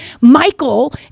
Michael